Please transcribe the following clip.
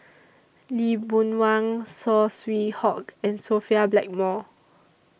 Lee Boon Wang Saw Swee Hock and Sophia Blackmore